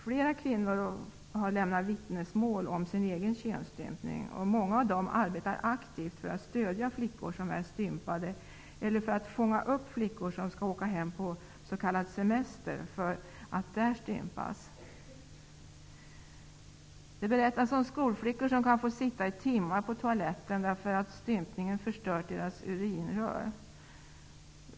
Flera kvinnor har lämnat vittnesmål om sin egen könsstympning, och många av dem arbetar aktivt för att stödja flickor som är stympade eller för att fånga upp flickor som skall åka hem på s.k. semester för att stympas. Det berättas om skolflickor som kan få sitta i timmar på toaletten därför att stympningen förstört deras urinrör.